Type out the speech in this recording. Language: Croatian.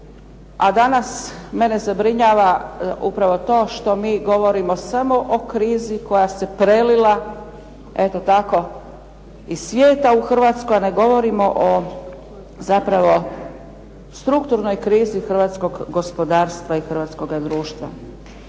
a danas mene zabrinjava upravo to što mi govorimo samo o krizi koja se prelila eto tako iz svijeta u Hrvatsku, a ne govorimo o zapravo strukturnoj krizi hrvatskog gospodarstva i hrvatskoga društva.